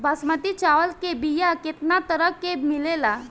बासमती चावल के बीया केतना तरह के मिलेला?